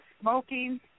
smoking